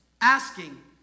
asking